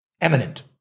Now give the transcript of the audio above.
eminent